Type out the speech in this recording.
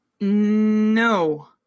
No